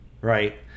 right